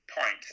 point